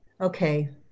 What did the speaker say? Okay